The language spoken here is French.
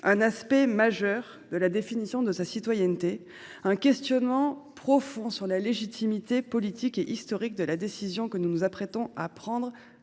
un aspect majeur de la définition de sa citoyenneté, un questionnement profond sur la légitimité politique et historique de la décision que nous nous apprêtons à prendre